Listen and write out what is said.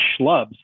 schlubs